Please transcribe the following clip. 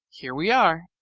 here we are.